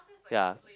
ya